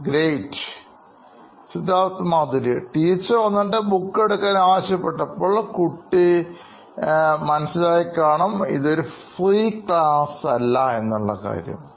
Siddharth Maturi CEO Knoin Electronics teacher വന്നിട്ട് book എടുക്കുവാൻ ആവശ്യപ്പെട്ടപ്പോൾ കുട്ടി മനസ്സിലാക്കി കാണും ഇത് ഒരു ഒരു free ക്ലാസ്സ് അല്ല എന്ന എന്ന കാര്യം